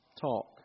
talk